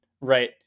right